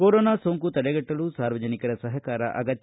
corona ಸೋಂಕು ತಡೆಗಟ್ಟಲು ಸಾರ್ವಜನಿಕರ ಸಹಕಾರ ಅಗತ್ಯ